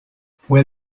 fue